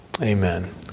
Amen